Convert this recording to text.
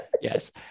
Yes